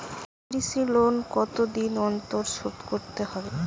কৃষি লোন কতদিন অন্তর শোধ করতে হবে?